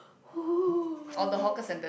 !whoo!